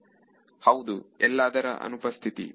ವಿದ್ಯಾರ್ಥಿ ಹೌದು ಎಲ್ಲಾದರ ಅನುಪಸ್ಥಿತಿ